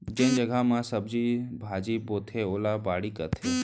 जेन जघा म सब्जी भाजी बोथें ओला बाड़ी कथें